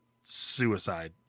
suicide